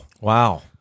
Wow